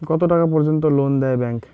কত টাকা পর্যন্ত লোন দেয় ব্যাংক?